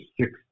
six